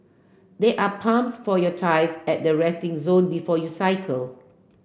there are pumps for your tyres at the resting zone before you cycle